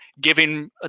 giving